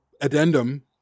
addendum